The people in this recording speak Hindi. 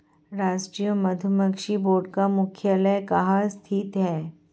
राष्ट्रीय मधुमक्खी बोर्ड का मुख्यालय कहाँ स्थित है?